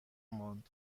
ماند